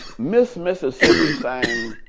miss mississippi sang